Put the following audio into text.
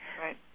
Right